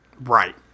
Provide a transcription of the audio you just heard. Right